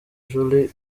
julie